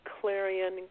Clarion